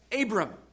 Abram